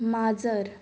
माजर